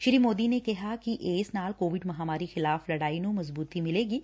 ਸ੍ਰੀ ਮੋਦੀ ਨੇ ਕਿਹਾ ਕਿ ਇਸ ਨਾਲ ਕੋਵਿਡ ਮਹਾਮਾਰੀ ਖਿਲਾਫ਼ ਲੜਾਈ ਨੂੰ ਮਜ਼ਬੂਤੀ ਮਿਲੇਗੀ